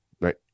right